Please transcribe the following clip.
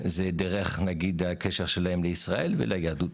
זה דרך נגיד הקשר שלהם לישראל וליהדות.